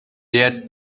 yet